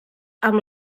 amb